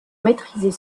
maîtriser